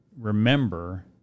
remember